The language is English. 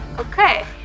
Okay